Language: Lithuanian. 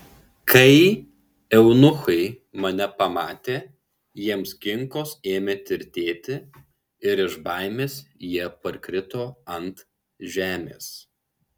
kai eunuchai mane pamatė jiems kinkos ėmė tirtėti ir iš baimės jie parkrito ant žemės